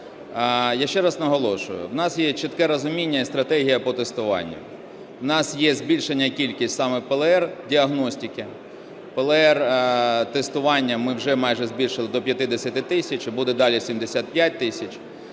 Я ще раз наголошую, в нас є чітке розуміння і стратегія по тестуванню, в нас збільшення кількості саме ПЛР-діагностики, ПЛР-тестування ми вже збільшили майже до 50 тисяч і буде далі 75 тисяч.